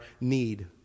need